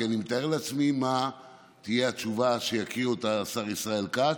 כי אני מתאר לעצמי מה תהיה התשובה שיקריא השר ישראל כץ,